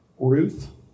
Ruth